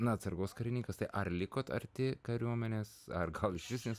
na atsargos karininkas tai ar likot arti kariuomenės ar gal išvis nes